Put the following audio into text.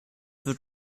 wird